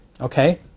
okay